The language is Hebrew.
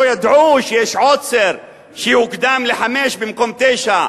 לא ידעו שיש עוצר שהוקדם ל-17:00 במקום 21:00,